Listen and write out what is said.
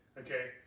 okay